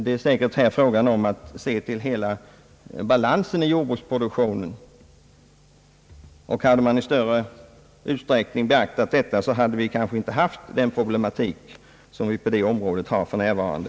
Det är här fråga om att se till hela balansen i jordbruksproduktionen. Och om vi i större utsträckning hade beaktat detta hade vi kanske inte haft den problematik som vi för närvarande har på detta område.